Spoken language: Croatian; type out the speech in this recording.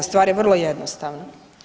Stvar je vrlo jednostavna.